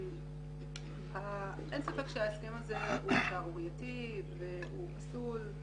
אין ספק שההסכם הזה ההוא שערורייתי והוא פסול.